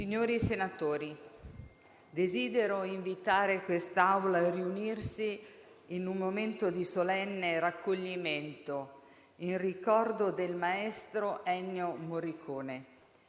Signori senatori, desidero invitare quest'Assemblea a riunirsi in un momento di solenne raccoglimento in ricordo del maestro Ennio Morricone,